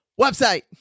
Website